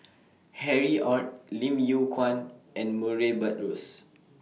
Harry ORD Lim Yew Kuan and Murray Buttrose